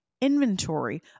inventory